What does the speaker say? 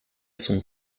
son